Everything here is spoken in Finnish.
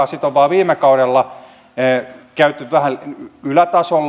sitä on vain viime kaudella käyty vähän ylätasolla